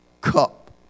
cup